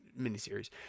miniseries